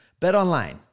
BetOnline